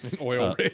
oil